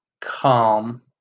calm